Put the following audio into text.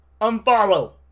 Unfollow